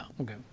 okay